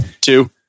two